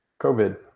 COVID